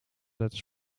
letters